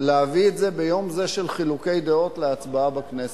להביא את זה ביום זה של חילוקי דעות להצבעה בכנסת.